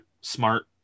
smart